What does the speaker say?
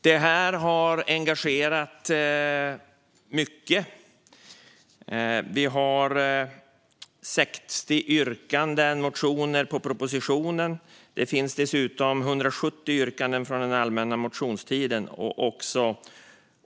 Det här är något som har engagerat mycket. Det finns 60 motionsyrkanden på propositionen. Det finns dessutom 170 yrkanden från den allmänna motionstiden och också